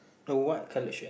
a white colored shirt